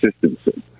consistency